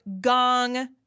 Gong